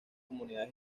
comunidades